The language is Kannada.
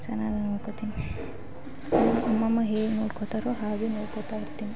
ಚೆನ್ನಾಗೆ ನೋಡ್ಕೋತೀನಿ ಅಮ್ಮ ಅಮ್ಮಮ್ಮ ಹೇಗೆ ನೋಡ್ಕೋತಾರೊ ಹಾಗೆ ನೋಡ್ಕೋತಾ ಇರ್ತೀನಿ